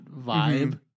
vibe